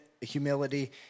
humility